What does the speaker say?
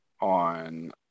on